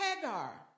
Hagar